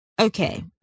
okay